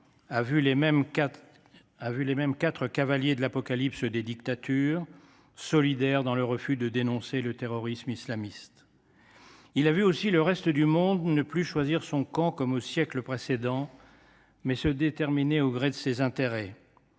a vu les mêmes quatre cavaliers de l’Apocalypse des dictatures se montrer solidaires dans le refus de dénoncer le terrorisme islamiste. Ce jour a aussi vu le reste du monde ne plus choisir son camp, contrairement au siècle précédent, mais se déterminer au gré de ses intérêts.